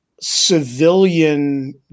civilian